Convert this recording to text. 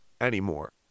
anymore